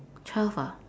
twelve ah